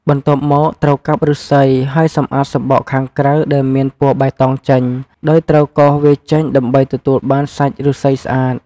បន្ទាប់មក ត្រូវកាប់ឫស្សី ហើយសម្អាតសំបកខាងក្រៅដែលមានពណ៌បៃតងចេញ ដោយត្រូវកោសវាចេញដើម្បីទទួលបានសាច់ឫស្សីស្អាត ។